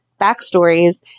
backstories